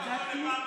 רגע, גם השר כץ.